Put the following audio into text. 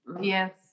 Yes